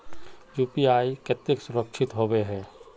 UPI केते सुरक्षित होबे है?